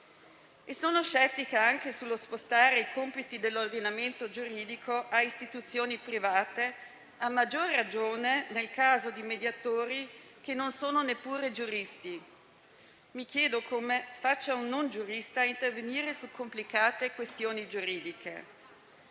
Sono scettica anche sullo spostare i compiti dell'ordinamento giuridico a istituzioni private, a maggior ragione nel caso di mediatori che non sono neppure giuristi. Mi chiedo come faccia un non giurista a intervenire su complicate questioni giuridiche.